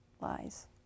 lies